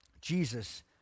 Jesus